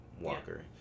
walker